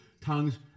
tongues